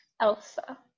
Elsa